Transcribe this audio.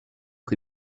que